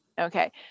Okay